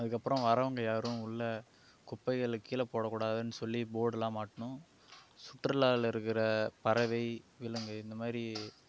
அதுக்கப்புறம் வரவங்க யாரும் உள்ளே குப்பைகளை கீழே போடக்கூடாதுன்னு சொல்லி போர்டெலாம் மாட்டணும் சுற்றுலாவில் இருக்கிற பறவை விலங்கு இந்த மாதிரி